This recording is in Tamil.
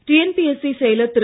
டிஎன்பிஎஸ்சி செயலர் திரு